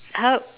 how